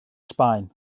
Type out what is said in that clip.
sbaen